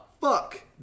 fuck